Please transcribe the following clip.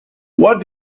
what